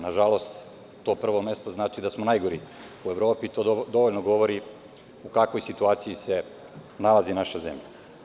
Nažalost, to prvo mesto znači da smo najgori u Evropi i to dovoljno govori u kakvoj situaciji se nalazi naša zemlja.